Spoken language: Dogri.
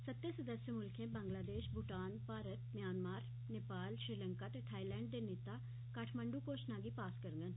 सत्तें सदस्य मुल्खें बांग्लादेश भूटान भारत म्यांमार नेपाल श्रीलंका ते थाइलैंड दे नेता कठमांड् घोषणा गी पास करगंन